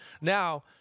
Now